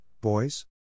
boys